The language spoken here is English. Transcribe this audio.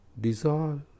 dissolve